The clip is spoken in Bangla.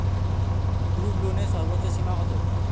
গ্রুপলোনের সর্বোচ্চ সীমা কত?